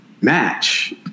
match